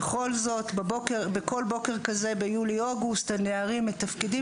בכל בוקר כזה ביולי-אוגוסט הנערים מתפקדים